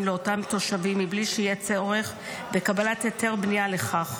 לאותם תושבים מבלי שיהיה צורך בקבלת היתר בנייה לכך.